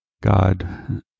God